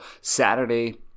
Saturday